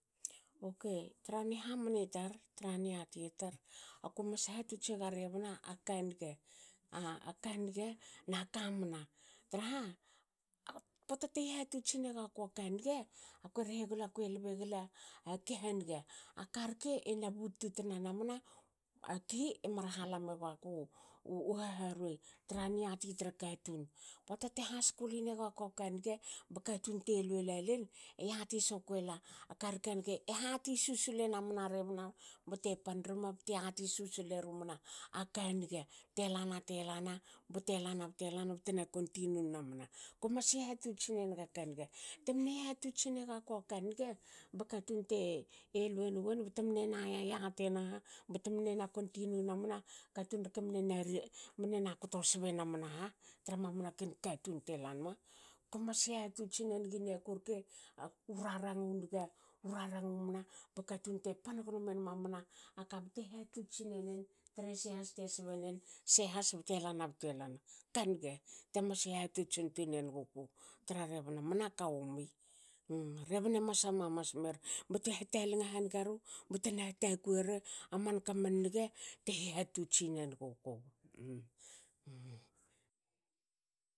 Okei. tra hamni tar- tra niati tar ako mas hatots ega rebna aka niga. A ka niga naka mna traha, a pota te hihatotsin egakua ka niga. akue rehe gola kue lebe gla akiha niga a karke ena but tu tna namna akui emar hala megaku haharuei tra niati tra katun. Pota te haskuli negakua ka niga ba katun te luelalen e yati sokuela a karka niga e hati susul enamna rebna bte pan rme bte lana bte lana btena kontinu namna. Ko mas hihahitots nenaga ka niga. Temne hihatotsin egakua ka niga ba katun te elue nuen btemne na yatiena ha btemn na continue namna katun rke mne na mne na tko sbe namna ha tra mamana ken katun te lanma. Kue mas hihats tsi nenga maku rke u rarangu niga u rarangu mna ba katun te pan gnome namna aka bte hatotsi nenen trese has te sbe nen se has bte lana bte lana. ka niga te mas hihatotsin tui nen nuguku tra rebna hatakuie ru amanka man niga te hihato tsinen nuguku.